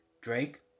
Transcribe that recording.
Drake